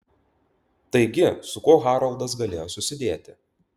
taigi su kuo haroldas galėjo susidėti